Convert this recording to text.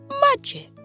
magic